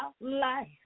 life